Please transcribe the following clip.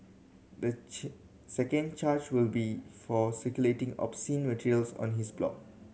the chain second charge will be for circulating obscene materials on his blog